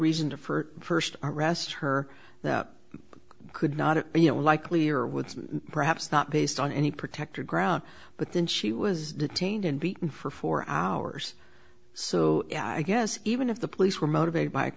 reason to for first arrest her that could not be a likely or would perhaps not based on any protected ground but then she was detained and beaten for four hours so i guess even if the police were motivated by